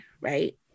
Right